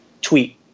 tweet